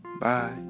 Bye